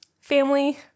family